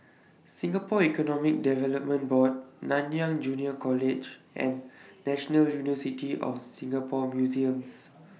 Singapore Economic Development Board Nanyang Junior College and National University of Singapore Museums